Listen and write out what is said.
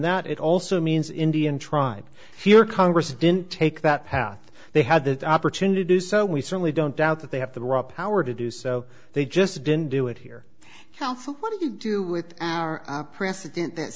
that it also means indian tribe here congress didn't take that path they had the opportunity to so we certainly don't doubt that they have the raw power to do so they just didn't do it here now for what to do with our president that